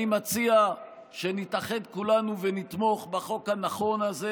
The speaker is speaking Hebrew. אני מציע שנתאחד כולנו ונתמוך בחוק הנכון הזה,